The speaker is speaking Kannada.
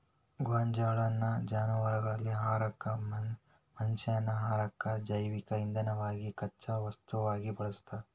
ಗೋಂಜಾಳನ್ನ ಜಾನವಾರಗಳ ಆಹಾರಕ್ಕ, ಮನಷ್ಯಾನ ಆಹಾರಕ್ಕ, ಜೈವಿಕ ಇಂಧನವಾಗಿ ಕಚ್ಚಾ ವಸ್ತುವಾಗಿ ಬಳಸ್ತಾರ